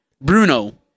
Bruno